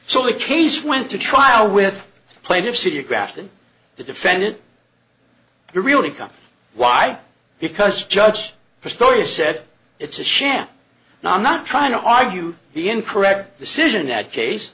so the case went to trial with plaintiffs in your graft and the defendant really comes why because judge her story said it's a sham and i'm not trying to argue the incorrect decision that case